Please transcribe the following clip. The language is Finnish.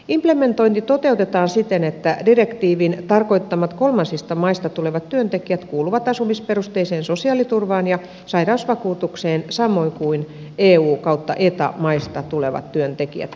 implementointi toteutetaan siten että direktiivin tarkoittamat kolmansista maista tulevat työntekijät kuuluvat asumisperusteiseen sosiaaliturvaan ja sairausvakuutukseen samoin kuin eu ja eta maista tulevat työntekijät